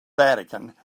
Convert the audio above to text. vatican